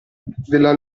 della